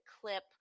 clip